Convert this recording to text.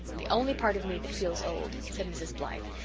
the only part of me that feels old, said mrs. blythe,